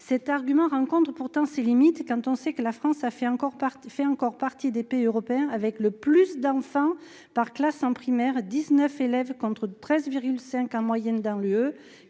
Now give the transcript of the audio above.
cet argument rencontrent pourtant ses limites quand on sait que la France a fait encore par fait encore partie des pays européens avec le plus d'enfants par classe en primaire, 19 élèves contre 13 virgule cinq en moyenne dans l'UE